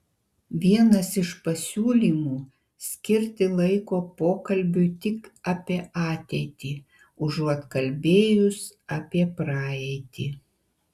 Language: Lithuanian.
vienas iš pasiūlymų skirti laiko pokalbiui tik apie ateitį užuot kalbėjus apie praeitį